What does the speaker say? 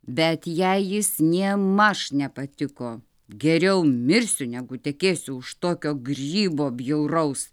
bet jai jis nėmaž nepatiko geriau mirsiu negu tekėsiu už tokio grybo bjauraus